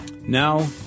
Now